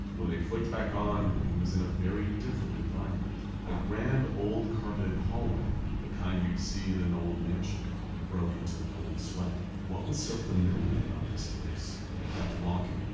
when they flicked back on, he was in a very different environment a grand, old carpeted hallway, the kind you'd see in an old mansion. he broke into a cold sweat. what was so familiar about this place he kept walking,